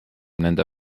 nende